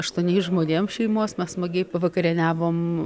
aštuoniais žmonėm šeimos mes smagiai pavakarieniavom